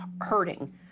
hurting